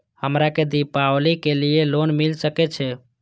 हमरा के दीपावली के लीऐ लोन मिल सके छे?